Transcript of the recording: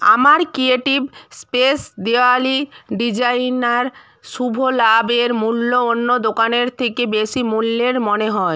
আমার creative space Diwali designer শুভ লাভের মূল্য অন্য দোকানের থেকে বেশি মূল্যের মনে হয়